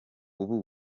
ubu